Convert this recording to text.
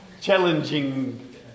challenging